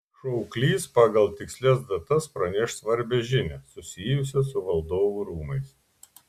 šauklys pagal tikslias datas praneš svarbią žinią susijusią su valdovų rūmais